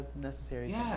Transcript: necessary